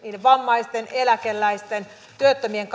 vammaisten eläkeläisten työttömien